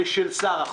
ושל שר החוץ,